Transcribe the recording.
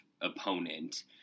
opponent